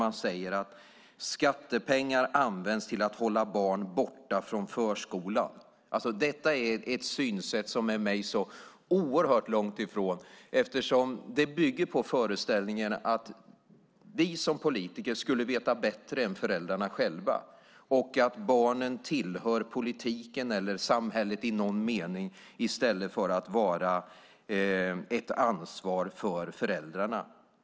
Man säger att skattepengar används till att hålla barn borta från förskolan. Det är ett synsätt som är mig oerhört främmande. Det bygger på föreställningen att vi politiker vet bättre än föräldrarna och att barnen i någon mening tillhör politiken eller samhället i stället för att vara ett ansvar för föräldrarna.